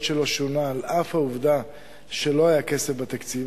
שלו שונה על אף העובדה שלא היה כסף בתקציב,